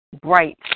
Bright